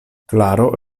klaro